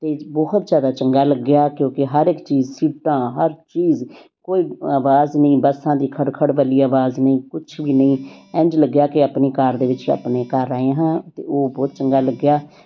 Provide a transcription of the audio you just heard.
ਅਤੇ ਬਹੁਤ ਜ਼ਿਆਦਾ ਚੰਗਾ ਲੱਗਿਆ ਕਿਉਂਕਿ ਹਰ ਇੱਕ ਚੀਜ਼ ਸੀਟਾਂ ਹਰ ਚੀਜ਼ ਕੋਈ ਆਵਾਜ਼ ਨਹੀਂ ਬੱਸਾਂ ਦੀ ਖੜ ਖੜ ਵਾਲੀ ਆਵਾਜ਼ ਨਹੀਂ ਕੁਛ ਵੀ ਨਹੀਂ ਇੰਝ ਲੱਗਿਆ ਕਿ ਆਪਣੀ ਕਾਰ ਦੇ ਵਿੱਚ ਆਪਣੇ ਘਰ ਆਏ ਹਾਂ ਤੇ ਉਹ ਬਹੁਤ ਚੰਗਾ ਲੱਗਿਆ